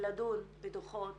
ולדון בדוחות